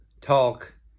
talk